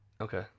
okay